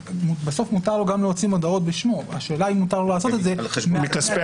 בסוף מותר לו להוציא גם מודעות בשמו,